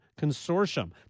Consortium